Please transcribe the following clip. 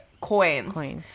coins